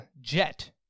Jet